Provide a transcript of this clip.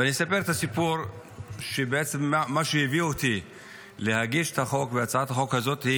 ואני אספר את הסיפור שבעצם הביא אותי להגיש את הצעת החוק הזאת.